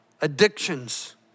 addictions